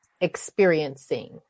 experiencing